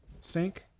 sync